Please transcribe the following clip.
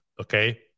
Okay